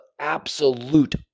absolute